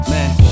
Man